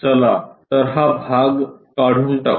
चला तर हा भाग काढून टाकू